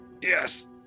Yes